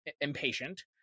impatient